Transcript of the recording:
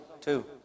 two